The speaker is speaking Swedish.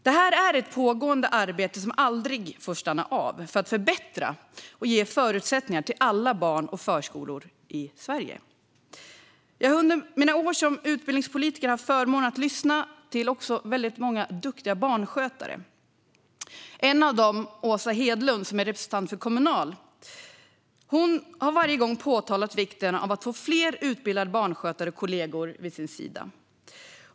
Det är ett pågående arbete, som aldrig får stanna av, att förbättra och ge förutsättningar till alla barn och förskolor i Sverige. Jag har under mina år som utbildningspolitiker haft förmånen att också lyssna på väldigt många duktiga barnskötare. En av dem, Åsa Hedlund, är representant för Kommunal. Hon har varje gång framhållit vikten av att få fler utbildade barnskötare och kollegor vid sin sida.